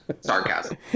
Sarcasm